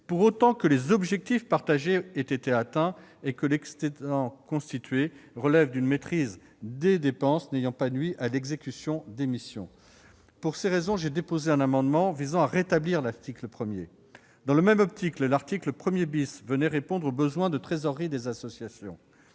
pour autant que les objectifs partagés aient été atteints et que l'excédent constitué relève d'une maîtrise des dépenses n'ayant pas nui à l'exécution des missions. Pour ces raisons, j'ai déposé un amendement visant à rétablir l'article 1. Dans la même optique, l'article 1 venait répondre aux besoins de trésorerie des associations.